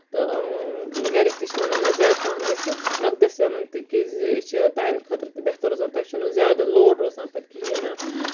تہٕ گرِکۍ تہِ چھِ وَنان حظ زیادٕ پَہمم گژھِ نَقدَس اَنُن تِکیازِ یہِ چھِ تیٚہندِ خٲطرٕ تہِ بہتر روزان تۄہہِ چھُو نہٕ زیادٕ لوڈ روزان پَتہٕ کِہیٖنۍ نہٕ